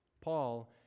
Paul